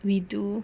we do